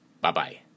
Bye-bye